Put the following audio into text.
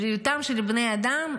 בריאותם של בני אדם,